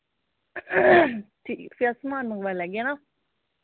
ठीक फ्ही अस समान मंगोआई लैगे ना